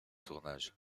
tournage